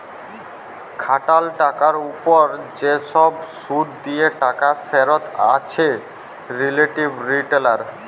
খাটাল টাকার উপর যে সব শুধ দিয়ে টাকা ফেরত আছে রিলেটিভ রিটারল